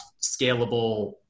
scalable